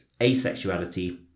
asexuality